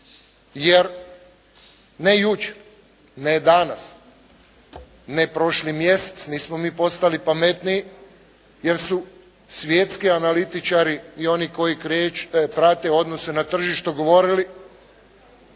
Jer ne jučer, ne danas, ne prošli mjesec, nismo mi postali pametniji jer su svjetski analitičari i oni koji prate odnose na tržištu govorili